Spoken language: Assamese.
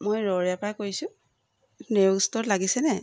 মই ৰৰৈয়াৰপৰাই কৈছোঁ নেওগ ষ্টৰত লাগিছেনে